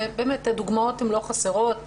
ובאמת לא חסרות דוגמאות.